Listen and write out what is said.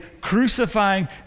crucifying